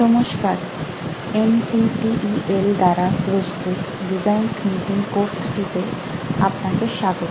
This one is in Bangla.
নমস্কার NPTEL দ্বারা প্রস্তুত ডিজাইন থিঙ্কিং কোর্সটিতে আপনাকে স্বাগত